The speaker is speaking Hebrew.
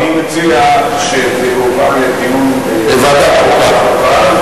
אני מציע שזה יועבר לדיון בוועדת החוקה.